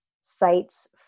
sites